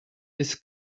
this